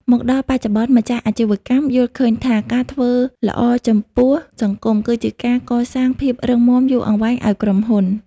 មកដល់បច្ចុប្បន្ន ម្ចាស់អាជីវកម្មយល់ឃើញថា ការធ្វើល្អចំពោះសង្គម គឺជាការកសាងភាពរឹងមាំយូរអង្វែងឱ្យក្រុមហ៊ុន។